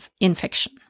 infection